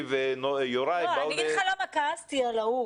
אני אגיד לך למה כעסתי על ההוא,